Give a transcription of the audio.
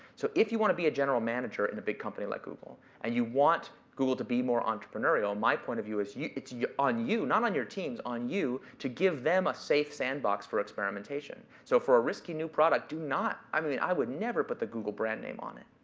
so if you want to be a general manager in a big company like google and you want google to be more entrepreneurial, my point of view is it's on you, not on your team, on you to give them a safe sandbox for experimentation. so for a risky new product, do not, i mean i would never put the google brand name on it.